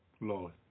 Lord